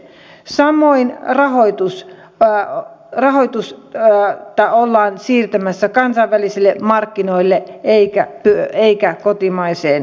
samoin rahoitusta ollaan siirtämässä kansainvälisille markkinoille eikä kotimaiseen kulutustuottoon